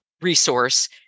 resource